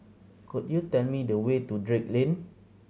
could you tell me the way to Drake Lane